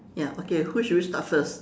ya okay who should with we start first